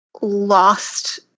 lost